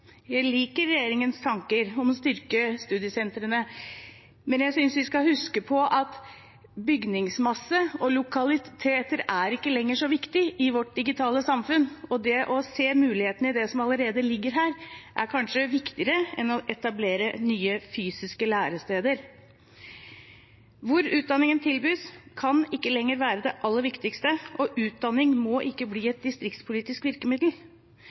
Jeg liker regjeringens tanker om å styrke studiesentrene, men jeg synes vi skal huske på at bygningsmasse og lokaliteter er ikke lenger så viktig i vårt digitale samfunn, og det å se mulighetene i det som allerede ligger her, er kanskje viktigere enn å etablere nye fysiske læresteder. Hvor utdanningen tilbys, kan ikke lenger være det aller viktigste, og utdanning må ikke bli et distriktspolitisk virkemiddel.